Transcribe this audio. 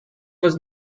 was